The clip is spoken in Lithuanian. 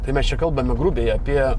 tai mes čia kalbame grubiai apie